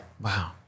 wow